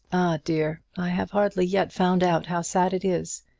ah, dear, i have hardly yet found out how sad it is.